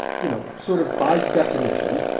you know, sort of by definition,